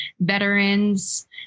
veterans